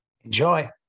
Enjoy